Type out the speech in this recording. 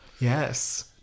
Yes